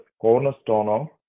cornerstone